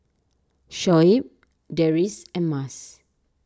Shoaib Deris and Mas